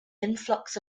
influx